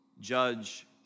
judge